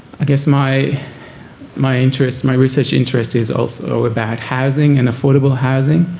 i guess my my interest my research interest is also about housing and affordable housing.